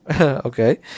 okay